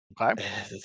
Okay